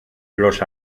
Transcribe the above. los